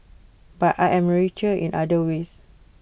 but I am richer in other ways